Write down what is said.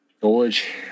George